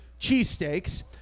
Cheesesteaks